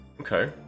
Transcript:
Okay